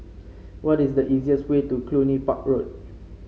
what is the easiest way to Cluny Park Road